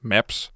Maps